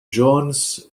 jones